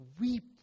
Weep